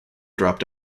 dropped